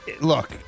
look